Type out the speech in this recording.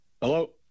Hello